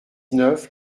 neuf